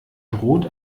droht